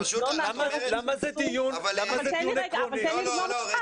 אבל --- למה זה דיון עקרוני אם --- אבל תנו לי לגמור את התשובה.